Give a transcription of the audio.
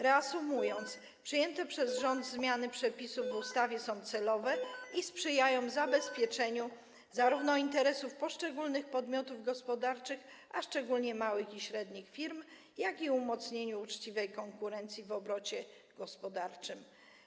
Reasumując: przyjęte przez rząd zmiany przepisów w ustawie są celowe i sprzyjają zabezpieczeniu zarówno interesów poszczególnych podmiotów gospodarczych, a zwłaszcza małych i średnich firm, jak i umocnieniu uczciwej konkurencji w obrocie gospodarczym.